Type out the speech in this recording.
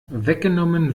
weggenommen